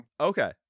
Okay